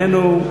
איננו,